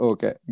Okay